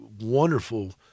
wonderful